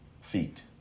feet